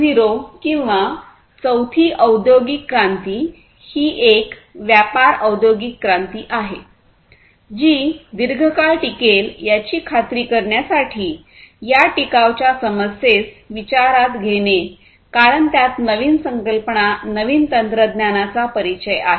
0 किंवा चौथी औद्योगिक क्रांती ही एक व्यापक औद्योगिक क्रांती आहे जी दीर्घकाळ टिकेल याची खात्री करण्यासाठी या टिकावच्या समस्येस विचारात घेते कारण त्यात नवीन संकल्पना नवीन तंत्रज्ञानाचा परिचय आहे